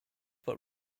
but